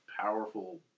powerful